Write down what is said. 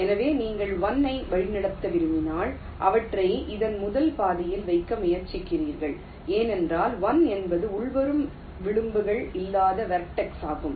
எனவே நீங்கள் 1 ஐ வழிநடத்த விரும்பினால் அவற்றை இந்த முதல் பாதையில் வைக்க முயற்சிக்கிறீர்கள் ஏனென்றால் 1 என்பது உள்வரும் விளிம்புகள் இல்லாத வெர்டெக்ஸ் ஆகும்